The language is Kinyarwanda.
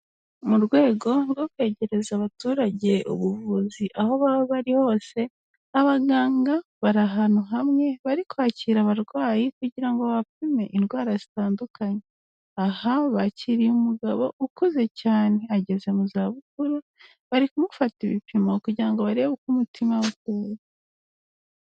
Mu rwego rwo kwegereza abaturage ubuvuzi aho baba bari hose, abaganga bari ahantu hamwe bari kwakira abarwayi kugira ngo babapime indwara zitandukanye. Aha bakiriye umugabo ukuze cyane ageze mu zabukuru, bari kumufata ibipimo kugira ngo barebe uko umutima we uteye.